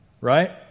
right